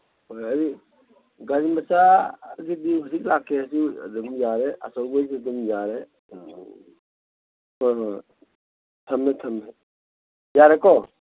ꯍꯣꯏ ꯑꯩ ꯒꯥꯔꯤ ꯃꯆꯥ ꯑꯗꯨꯗꯤ ꯍꯧꯖꯤꯛ ꯂꯥꯛꯀꯦꯁꯨ ꯑꯗꯨꯝ ꯌꯥꯔꯦ ꯑꯆꯧꯕꯩꯁꯨ ꯑꯗꯨꯝ ꯌꯥꯔꯦ ꯍꯣꯏ ꯍꯣꯏ ꯍꯣꯏ ꯊꯝꯃꯦ ꯊꯝꯃꯦ ꯌꯥꯔꯦꯀꯣ